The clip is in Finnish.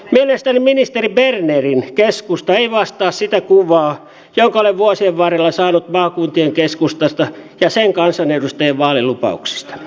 mielestäni ministeri bernerin keskusta ei vastaa sitä kuvaa jonka olen vuosien varrella saanut maakuntien keskustasta ja sen kansanedustajien vaalilupauksista